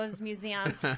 Museum